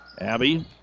Abby